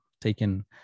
taken